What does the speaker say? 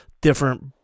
different